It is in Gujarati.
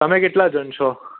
તમે કેટલા જણ છો